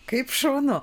kaip šaunu